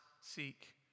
seek